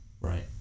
right